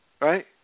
right